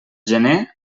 gener